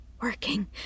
working